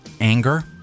anger